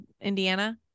indiana